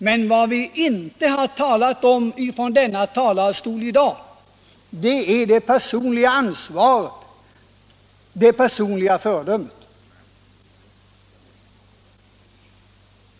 Men vad det inte har talats om från denna talarstol i dag är det personliga ansvaret, det personliga föredömet.